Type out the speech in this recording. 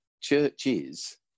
churches